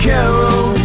Carol